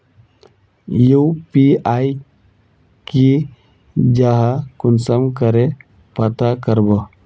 UPI की जाहा कुंसम करे पता करबो?